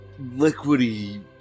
liquidy